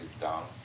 down